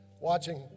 watching